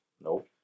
Nope